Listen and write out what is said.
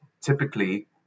Typically